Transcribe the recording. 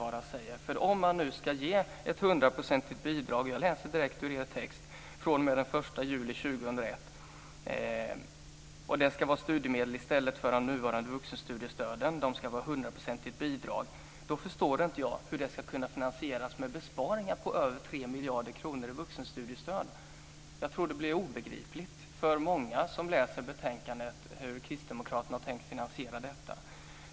Om man fr.o.m. den 1 juli 2001 ska ge ett hundraprocentigt bidrag - jag läser direkt ur er text - och det ska vara studiemedel i stället för de nuvarande vuxentstudiestöden, förstår inte jag hur det ska kunna finansieras med besparingar på över 3 miljarder kronor i vuxenstudiestöd. Jag tror att det blir obegripligt för många som läser betänkandet hur kristdemokraterna har tänkt finansiera detta.